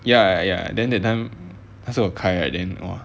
ya ya then that time 那时我开 hor then !wah!